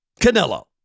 Canelo